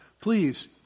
please